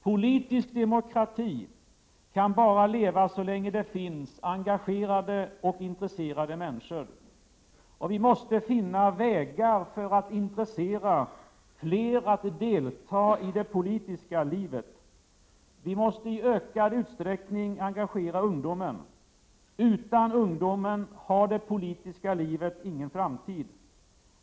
Politisk demokrati kan bara leva så länge det finns engagerade och intresserade människor. Vi måste finna vägar för att intressera fler att delta i det politiska livet. Vi måste i ökad utsträckning engagera ungdomen. Utan ungdomen har det politiska livet ingen framtid.